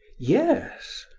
yes.